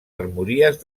armories